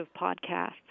podcasts